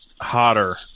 hotter